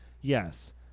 yes